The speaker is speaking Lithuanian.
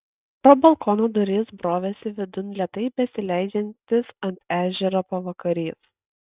pro balkono duris brovėsi vidun lėtai besileidžiantis ant ežero pavakarys